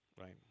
Right